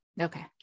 okay